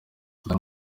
dore